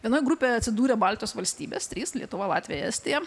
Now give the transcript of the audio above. vienoj grupėj atsidūrė baltijos valstybės trys lietuva latvija estija